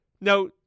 Now